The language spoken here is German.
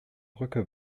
brücke